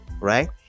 right